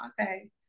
Okay